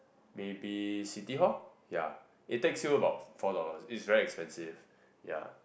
maybe City-Hall ya it takes you about four dollars ya it's very expensive